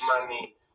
money